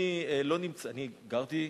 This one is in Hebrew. אני גרתי בכפר-שלם,